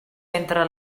entre